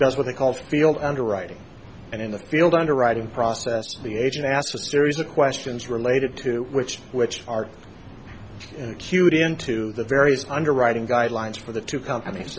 does what they call field underwriting and in the field underwriting process the agent asks a series of questions related to which which are cute into the various underwriting guidelines for the two companies